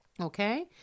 Okay